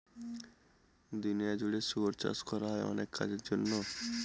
দুনিয়া জুড়ে শুয়োর চাষ করা হয় অনেক কাজের জন্য